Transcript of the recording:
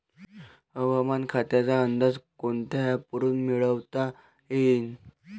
हवामान खात्याचा अंदाज कोनच्या ॲपवरुन मिळवता येईन?